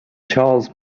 charles